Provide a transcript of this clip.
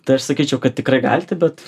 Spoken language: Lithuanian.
tai aš sakyčiau kad tikrai galite bet